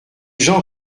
gens